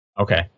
Okay